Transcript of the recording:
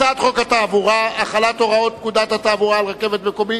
הצעת חוק התעבורה (החלת הוראות פקודת התעבורה על רכבת מקומית,